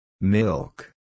Milk